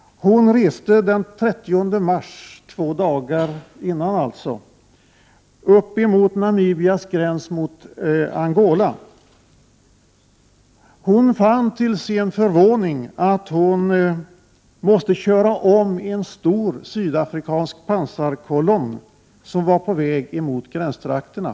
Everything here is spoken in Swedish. Hon reste den 30 mars, alltså två dagar tidigare, upp emot Namibias gräns mot Angola. Hon fann till sin förvåning att hon måste köra om en stor sydafrikansk pansarkolonn, som var på väg mot gränstrakterna.